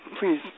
please